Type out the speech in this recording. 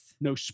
no